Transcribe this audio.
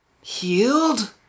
healed